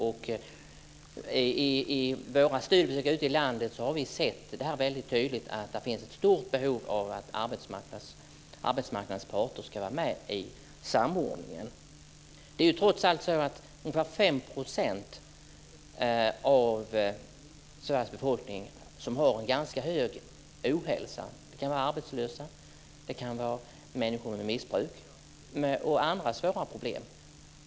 I våra studier ute i landet har vi tydligt sett att det finns ett stort behov av att arbetsmarknadens parter ska vara med i samordningen. Ungefär 5 % av Sveriges befolkning har en ganska hög ohälsa. De kan vara arbetslösa. Det kan vara människor med missbruk och andra svåra problem.